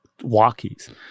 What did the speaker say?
walkies